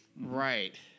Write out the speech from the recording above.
Right